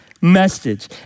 message